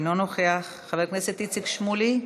אינו נוכח, חבר הכנסת איציק שמולי,